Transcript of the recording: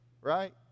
Right